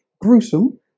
gruesome